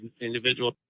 individual